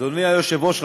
אדוני היושב-ראש,